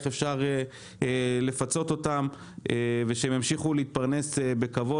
איך אפשר לפצות אותם ושהם ימשיכו להתפרנס בכבוד